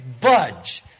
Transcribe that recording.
budge